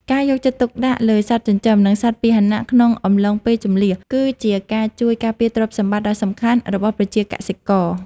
ការយកចិត្តទុកដាក់លើសត្វចិញ្ចឹម និងសត្វពាហនៈក្នុងអំឡុងពេលជម្លៀស គឺជាការជួយការពារទ្រព្យសម្បត្តិដ៏សំខាន់របស់ប្រជាកសិករ។